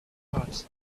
heart